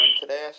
today